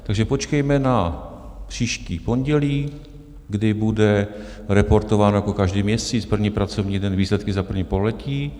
Takže počkejme na příští pondělí, kdy bude reportován jako každý měsíc, první pracovní den, výsledky za první pololetí.